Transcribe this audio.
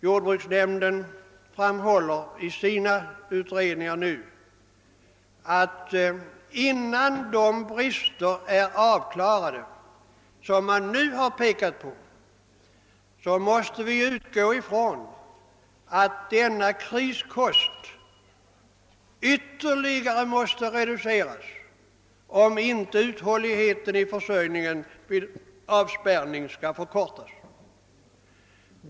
Jordbruksnämnden framhåller i sina utredningar att vi måste utgå från att innan de brister är avhjälpta, som man nu har pekat på, måste denna kriskost ytterligare reduceras, om inte uthålligheten i vår försörjning vid avspärrning skall förkortas.